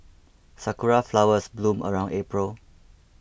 sakura flowers bloom around April